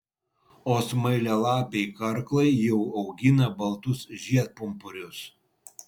o smailialapiai karklai jau augina baltus žiedpumpurius